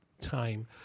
time